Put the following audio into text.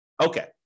Okay